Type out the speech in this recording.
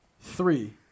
Three